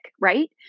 right